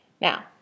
Now